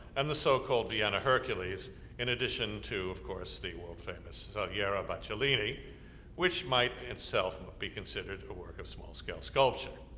and the so-called vienna hercules in addition to, of course, the world famous saliera by cellini which might itself be considered a work of small scale sculpture.